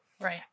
Right